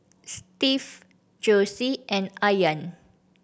Steve Josie and Ayaan